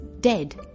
dead